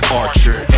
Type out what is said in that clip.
archer